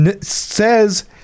says